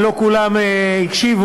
ולא כולם הקשיבו,